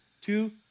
two